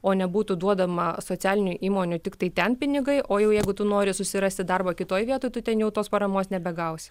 o nebūtų duodama socialinių įmonių tiktai ten pinigai o jau jeigu tu nori susirasti darbą kitoj vietoj tu ten jau tos paramos nebegausi